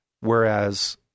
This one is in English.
whereas